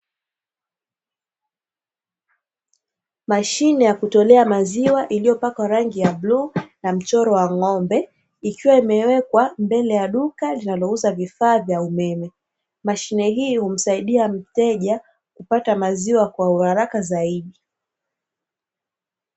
Mashine ya kutolea maziwa iliyopakwa rangi ya bluu, na mchoro wa ng'ombe, ikiwa imewekwa mbele ya duka linalouza vifaa vya umeme. Mashine hii humsaidia mteja, kupata maziwa kwa uharaka zaidi.